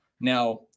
Now